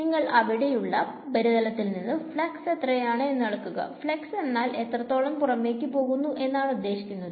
നിങ്ങൾ അവിടയുള്ള ഉപരിതലത്തിൽ നിന്ന് ഫ്ലക്സ് എത്രയാണ് എന്നു അളക്കുക ഫ്ലക്സ് എന്നാൽ എത്രത്തോളം പുറമേക്ക് പോകുന്നു എന്നാണ് ഉദ്ദേശിക്കുന്നത്